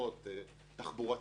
תחבורתיות,